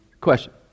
Question